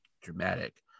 dramatic